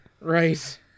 Right